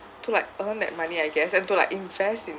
to like earn that money I guess and to like invest in